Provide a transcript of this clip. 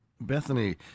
Bethany